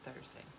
Thursday